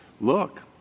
look —